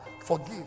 Forgive